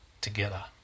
together